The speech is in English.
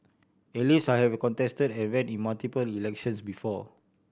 at least I have contested and ran in multiple elections before